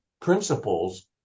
principles